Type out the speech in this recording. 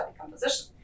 composition